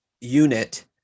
unit